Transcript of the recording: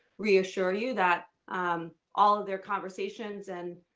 reassure you that all of their conversations and.